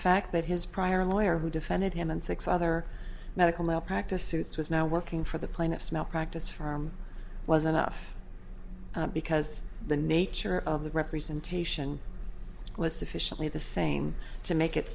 fact that his prior lawyer who defended him and six other medical malpractise suits was now working for the plaintiffs malpractise firm was enough because the nature of the representation was sufficiently the same to make it